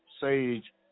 sage